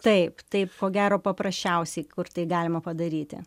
taip taip ko gero paprasčiausiai kur tai galima padaryti